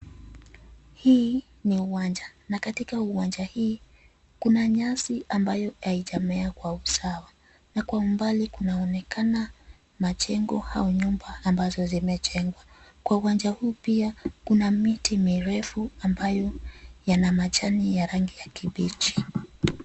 Hii, ni uwanja, na katika uwanja hii, kuna nyasi ambayo haijamea kwa usawa, na kwa umbali kunaonekana, majengo au nyumba ambazo zimejengwa, kwa uwanja huu pia kuna miti mirefu ambayo, yana majani ya rangi ya kibichi.